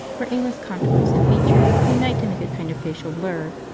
where aimless contours and features unite to make a kind of facial blur.